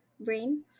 brain